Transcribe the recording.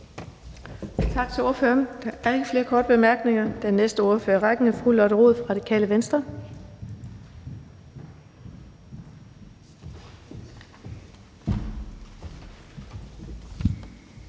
Tak til ordføreren. Der er ikke korte bemærkninger. Den næste ordfører i rækken er fru Lotte Rod fra Radikale Venstre.